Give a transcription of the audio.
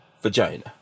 vagina